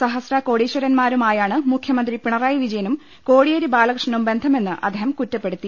സഹസ്ര കോടീ ശ്വരന്മാരുമായാണ് മുഖ്യമന്ത്രി പിണറായി വിജയനും കോടിയേരി ബാലകൃഷ്ണനും ബന്ധമെന്ന് അദ്ദേഹം കുറ്റപ്പെടുത്തി